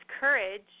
courage